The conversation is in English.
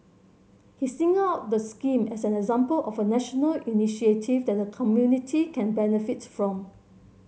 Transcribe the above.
he singled out the scheme as an example of a national initiative that the community can benefit from